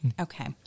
Okay